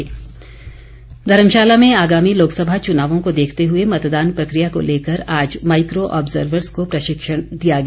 च्नाव प्रशिक्षण धर्मशाला में आगामी लोकसभा चुनावों को देखते हुए मतदान प्रक्रिया को लेकर आज माइक्रो ऑब्जर्वर्स को प्रशिक्षण दिया गया